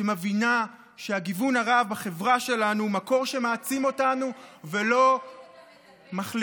שמבינה שהגיוון הרב בחברה שלנו הוא מקור שמעצים אותנו ולא מחליש,